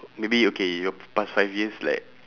maybe okay your past five years like